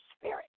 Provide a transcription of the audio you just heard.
spirit